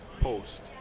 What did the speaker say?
post